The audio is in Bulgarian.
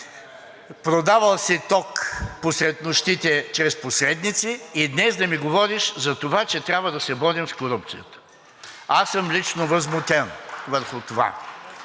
продавал си ток посред нощите чрез посредници и днес да ми говориш за това, че трябва да се борим с корупцията. (Шум и реплики от